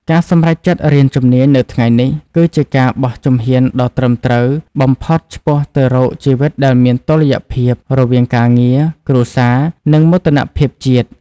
ការសម្រេចចិត្តរៀនជំនាញនៅថ្ងៃនេះ គឺជាការបោះជំហានដ៏ត្រឹមត្រូវបំផុតឆ្ពោះទៅរកជីវិតដែលមានតុល្យភាព រវាងការងារ គ្រួសារ និងមោទនភាពជាតិ។